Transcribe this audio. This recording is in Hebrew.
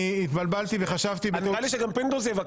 התבלבלתי וחשבתי --- נראה לי שגם פינדרוס יבקש.